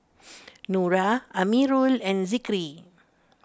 Nura Amirul and Zikri